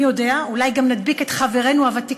מי יודע, אולי גם נדביק בה את חברינו הוותיקים.